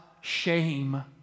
shame